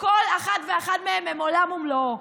הם עולם ומלואו.